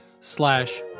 slash